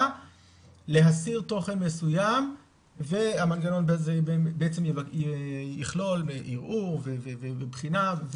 להסיר תוכן מסוים והמנגנון הזה יכלול ערעור ובחינה.